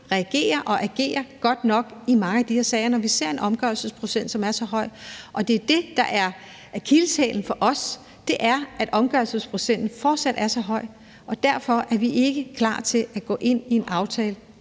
reagerer og agerer godt nok i mange af de her sager, når vi ser en omgørelsesprocent, som er så høj. Det er det, at omgørelsesprocenten er så høj, der i vores øjne er akilleshælen. Derfor er vi ikke klar til at gå ind i en aftale